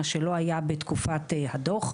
מה שלא היה בתקופת הדו"ח.